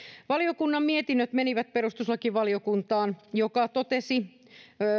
valiokunnan mietinnöt menivät perustuslakivaliokuntaan joka totesi